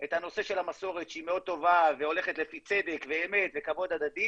את הנושא של המסורת שהיא מאוד טובה והולכת לפי צדק ואמת וכבוד הדדי